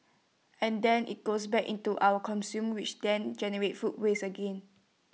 and then IT goes back into our consumers which then generates food waste again